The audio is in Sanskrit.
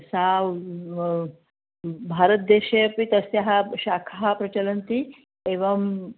सा भारतदेशे अपि तस्याः शाखाः प्रचलन्ति एव